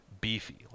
beefy